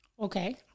Okay